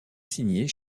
signer